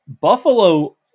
Buffalo